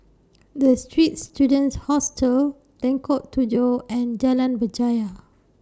The Straits Students Hostel Lengkok Tujoh and Jalan Berjaya